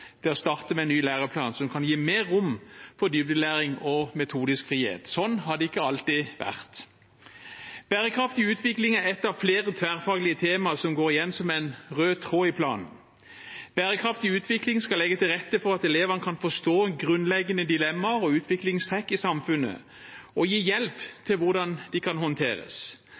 til å starte med en ny læreplan, som kan gi mer rom for dybdelæring og metodisk frihet. Slik har det ikke alltid vært. Bærekraftig utvikling er ett av flere tverrfaglige temaer som går igjen som en rød tråd i planen. Temaet skal legge til rette for at elevene kan forstå grunnleggende dilemmaer og utviklingstrekk i samfunnet, og gi hjelp til hvordan de kan håndteres.